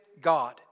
God